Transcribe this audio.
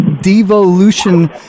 devolution